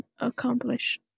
accomplish